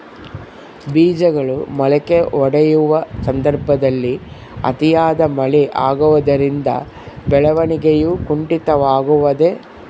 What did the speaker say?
ಬೇಜಗಳು ಮೊಳಕೆಯೊಡೆಯುವ ಸಂದರ್ಭದಲ್ಲಿ ಅತಿಯಾದ ಮಳೆ ಆಗುವುದರಿಂದ ಬೆಳವಣಿಗೆಯು ಕುಂಠಿತವಾಗುವುದೆ?